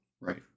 Right